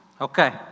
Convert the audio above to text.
Okay